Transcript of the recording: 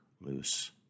loose